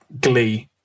glee